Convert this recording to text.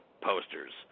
posters